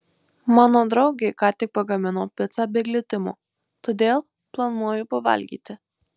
mano draugė ką tik pagamino picą be glitimo todėl planuoju pavalgyti